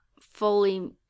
fully